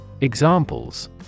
Examples